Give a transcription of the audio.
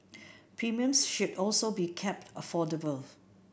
premiums should also be kept affordable